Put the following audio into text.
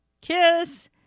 Kiss